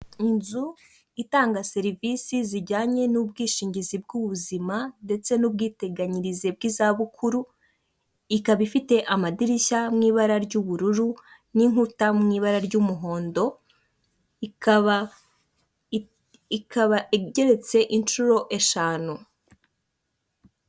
Inzu itanga serivisi zijyanye n'ubwishingizi bw'ubuzima ndetse n'ubwiteganyirize bw'izabukuru, ikaba ifite amadirishya mu ibara ry'ubururu n'inkuta mu ibara ry'umuhondo, ikaba igeretse inshuro eshanu.